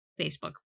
Facebook